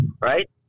right